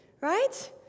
right